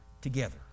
together